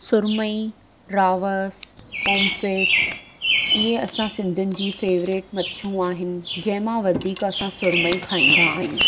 सुरमई रावस पोमफ़ेट इहे असां सिंधियुनि जी फेवरेट मछियूं आहिनि जंहिं मां वधीक असां सुरमई खाईंदा आहियूं